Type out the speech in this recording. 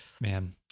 Man